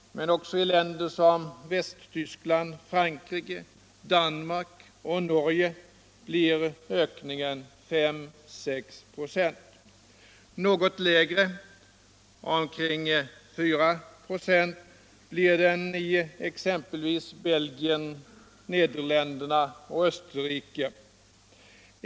Men också i länder som Västtyskland, Frankrike, Danmark och Norge blir det en ökning på 5-6 26. Något lägre, omkring 4 96, blir den exempelvis i Belgien, Nederländerna och Österrike.